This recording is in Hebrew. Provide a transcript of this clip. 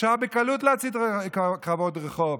אפשר בקלות להצית קרבות רחוב,